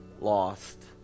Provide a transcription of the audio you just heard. lost